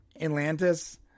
Atlantis